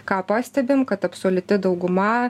ką pastebim kad absoliuti dauguma